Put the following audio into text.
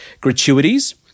gratuities